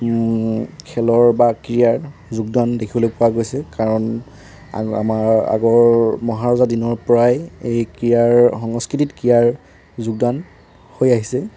খেলৰ বা ক্ৰীড়াৰ যোগদান দেখিবলৈ পোৱা গৈছে কাৰণ আৰু আমাৰ আগৰ মহাৰজাৰ দিনৰ পৰাই এই ক্ৰীড়াৰ সংস্কৃতিত ক্ৰীড়াৰ যোগদান হৈ আহিছে